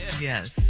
Yes